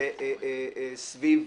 סביב